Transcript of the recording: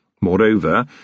Moreover